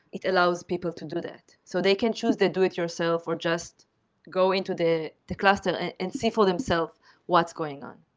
it allows people to do that. so they can choose the do-it-yourself or just go into the the customer and and see for themselves what's going on.